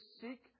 seek